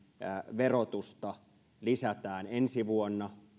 verotusta lisätään ensi vuonna